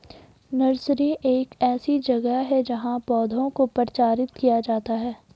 nursery एक ऐसी जगह है जहां पौधों को प्रचारित किया जाता है